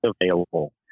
available